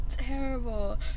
Terrible